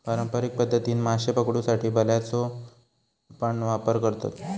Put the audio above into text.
पारंपारिक पध्दतीन माशे पकडुसाठी भाल्याचो पण वापर करतत